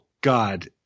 God